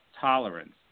tolerance